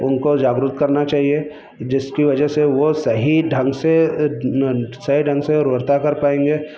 उनको जागृत करना चाहिए जिसकी वजह से वो सही ढंग से सही ढंग से उर्वरता कर पाएँगे